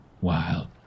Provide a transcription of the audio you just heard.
Wild